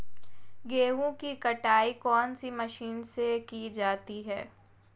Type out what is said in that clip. गेहूँ की कटाई कौनसी मशीन से की जाती है?